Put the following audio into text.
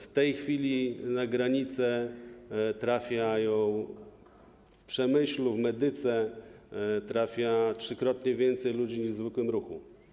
W tej chwili na granicę w Przemyślu, w Medyce trafia trzykrotnie więcej ludzi niż w zwykłym ruchu.